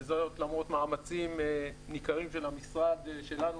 וזאת למרות מאמצים ניכרים של המשרד שלנו